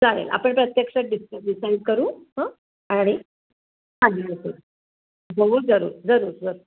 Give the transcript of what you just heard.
चालेल आपण प्रत्यक्षात डिस् डिसाईड करू हां आणि हो जरूर जरूर जरूर